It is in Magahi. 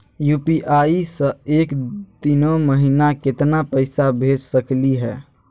यू.पी.आई स एक दिनो महिना केतना पैसा भेज सकली हे?